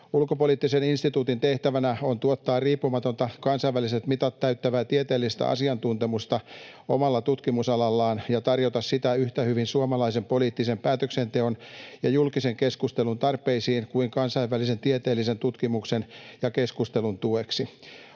Ulkopoliittisen instituutin tehtävänä on tuottaa riippumatonta, kansainväliset mitat täyttävää tieteellistä asiantuntemusta omalla tutkimusalallaan ja tarjota sitä yhtä hyvin suomalaisen poliittisen päätöksenteon ja julkisen keskustelun tarpeisiin kuin kansainvälisen tieteellisen tutkimuksen ja keskustelun tueksi.